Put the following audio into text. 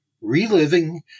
Reliving